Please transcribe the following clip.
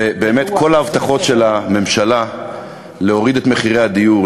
באמת כל ההבטחות של הממשלה להוריד את מחירי הדיור,